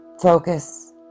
Focus